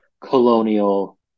colonial